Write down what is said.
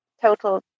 total